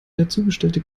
dazugestellte